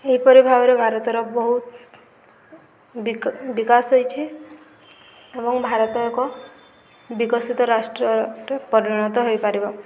ଏହିପରି ଭାବରେ ଭାରତର ବହୁତ ବିକାଶ ହେଇଛି ଏବଂ ଭାରତ ଏକ ବିକଶିତ ରାଷ୍ଟ୍ରରେ ପରିଣତ ହୋଇପାରିବ